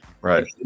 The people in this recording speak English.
right